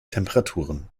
temperaturen